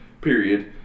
period